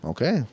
Okay